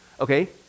okay